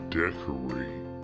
decorate